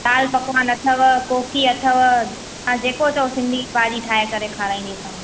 दाल पकवान अथव कोकी अथव तव्हां जेको चओ सिंधी भाॼी ठाहे करे खाराईंदीसांव